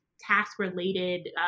task-related